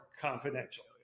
confidential